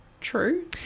True